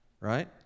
Right